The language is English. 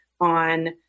on